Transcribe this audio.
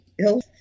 ill